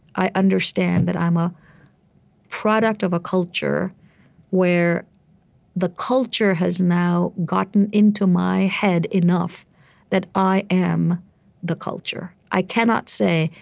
i understand that i'm a product of a culture where the culture has now gotten into my head enough that i am the culture. i cannot say,